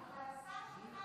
ואני מאוד מעריכה את זה,